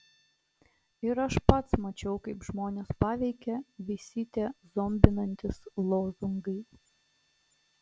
ir aš pats mačiau kaip žmones paveikia visi tie zombinantys lozungai